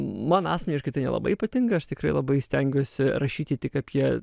man asmeniškai tai nelabai patinka aš tikrai labai stengiuosi rašyti tik apie